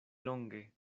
longe